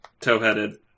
Toe-headed